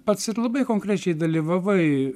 pats ir labai konkrečiai dalyvavai